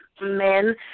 men